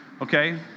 okay